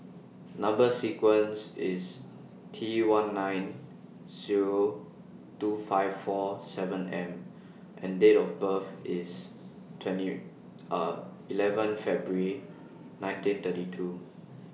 Number sequence IS T one nine Zero two five four seven M and Date of birth IS twenty eleven February nineteen thirty two